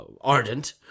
ardent